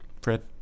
Fred